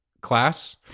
class